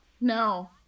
No